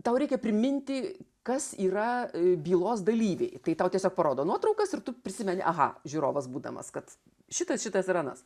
tau reikia priminti kas yra bylos dalyviai tai tau tiesiog parodo nuotraukas ir tu prisimeni aha žiūrovas būdamas kad šitas šitas ir anas